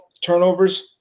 turnovers